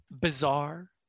bizarre